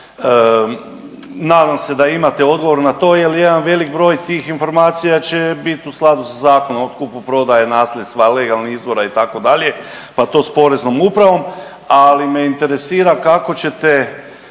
Nadam se da imate odgovor na to jel jedan veliki broj tih informacija će biti u skladu sa zakonom od kupoprodaje, nasljedstva, legalnih izvora itd., pa to s Poreznom upravom, ali me interesira kako ćete,